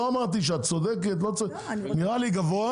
לא אמרתי שאת צודקת או לא צודקת, זה נראה לי גבוה.